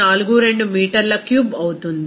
42 మీటర్ల క్యూబ్ అవుతుంది